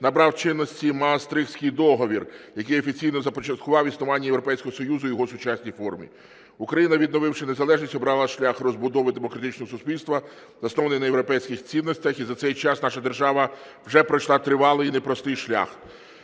набрав чинності Маастрихтський договір, який офіційно започаткував існування Європейського Союзу в його сучасній формі. Україна, відновивши незалежність, обрала шлях розбудови демократичного суспільства, заснований на європейських цінностях, і за цей час наша держава вже пройшла тривалий і непростий шлях.